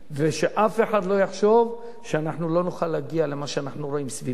שאף אחד לא יחשוב שאנחנו לא נוכל להגיע למה שאנחנו רואים סביבנו,